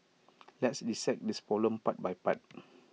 let's dissect this problem part by part